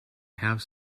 have